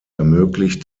ermöglicht